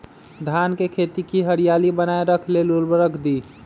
धान के खेती की हरियाली बनाय रख लेल उवर्रक दी?